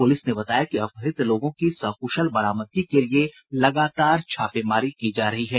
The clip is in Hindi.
पुलिस ने बताया कि अपहृत लोगों की सकुशल बरामदगी के लिए लगातार छापेमारी की जा रही है